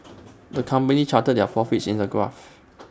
the company charted their profits in A graph